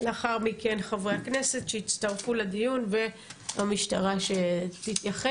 לאחר מכן חברי הכנסת שהצטרפו לדיון והמשטרה שתתייחס,